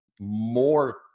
more